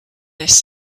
this